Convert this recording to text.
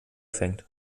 fängt